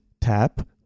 tap